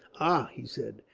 ah! he said,